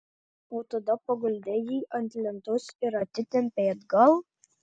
o tada paguldei jį ant lentos ir atitempei atgal